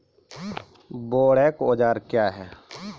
बोरेक औजार क्या हैं?